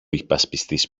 υπασπιστής